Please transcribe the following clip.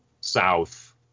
south